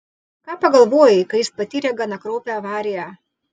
ką pagalvojai kai jis patyrė gana kraupią avariją